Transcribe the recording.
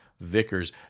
Vickers